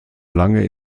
lange